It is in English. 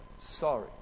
Sorry